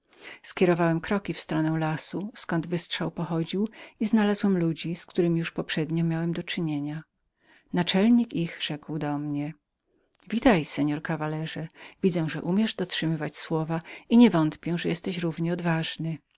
zmierzyłem kroki w stronę lasu zkąd wystrzał pochodził i znalazłem ludzi z którymi miałem do czynienia naczelnik ich rzekł do mnie witaj seor kawalerze widzę że umiesz dotrzymać słowa i nie wątpię że jesteś równie odważnym